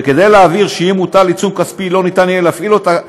וכדי להבהיר שאם מוטל עיצום כספי לא יהיה אפשר להפעיל אותו,